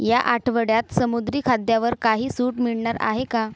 या आठवड्यात समुद्री खाद्यावर काही सूट मिळणार आहे का